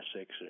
six